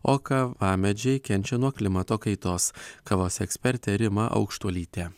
o kavamedžiai kenčia nuo klimato kaitos kavos ekspertė rima aukštuolytė